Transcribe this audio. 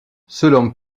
selon